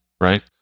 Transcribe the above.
right